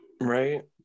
right